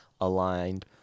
aligned